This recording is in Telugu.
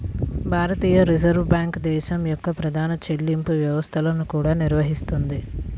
భారతీయ రిజర్వ్ బ్యాంక్ దేశం యొక్క ప్రధాన చెల్లింపు వ్యవస్థలను కూడా నిర్వహిస్తుంది